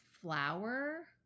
flour